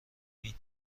این